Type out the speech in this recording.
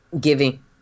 giving